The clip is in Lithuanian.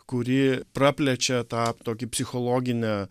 kuri praplečia tą tokį psichologinę